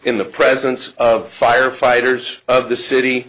in the presence of firefighters of the city